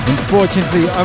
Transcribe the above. Unfortunately